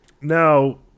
Now